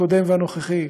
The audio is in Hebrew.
הקודם והנוכחי,